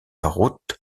route